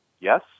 Yes